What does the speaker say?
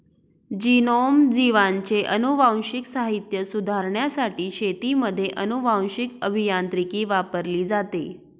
genome, जीवांचे अनुवांशिक साहित्य सुधारण्यासाठी शेतीमध्ये अनुवांशीक अभियांत्रिकी वापरली जाते